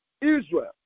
Israel